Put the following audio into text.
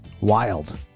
Wild